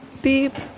beep'.